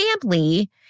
family